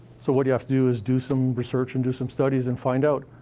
so what you have to do is do some research and do some studies and find out,